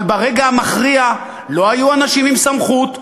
אבל ברגע המכריע לא היו אנשים עם סמכות,